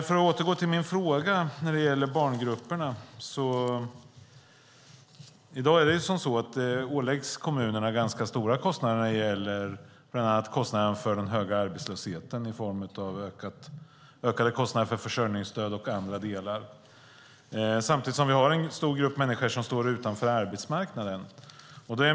För att återgå till min fråga när det gäller barngrupperna är det i dag så att kommunerna åläggs ganska stora kostnader, bland annat kostnaden för den höga arbetslösheten. Det är ökade kostnader för försörjningsstöd och andra delar. Samtidigt har vi en stor grupp människor som står utanför arbetsmarknaden.